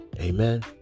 Amen